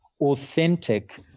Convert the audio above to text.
authentic